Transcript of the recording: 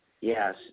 Yes